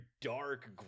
dark